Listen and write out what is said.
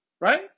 right